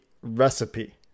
recipe